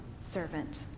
servant